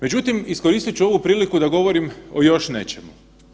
Međutim, iskoristit ću ovu priliku da govorim o još nečemu.